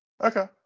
Okay